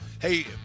Hey